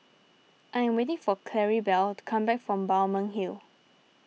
I am waiting for Claribel to come back from Balmeg Hill